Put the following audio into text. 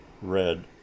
red